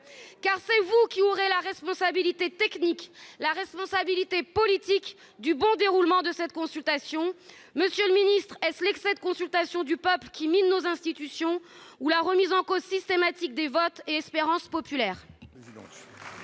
car c'est vous qui aurez la responsabilité technique et politique du bon déroulement de cette consultation ! Monsieur le ministre, est-ce l'excès de consultation du peuple qui mine nos institutions ou la remise en cause systématique des votes et des espérances populaires ?